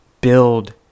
build